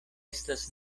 estas